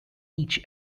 each